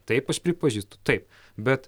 taip aš pripažįstu taip bet